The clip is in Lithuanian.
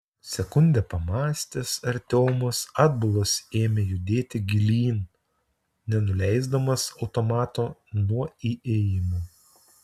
sekundę pamąstęs artiomas atbulas ėmė judėti gilyn nenuleisdamas automato nuo įėjimo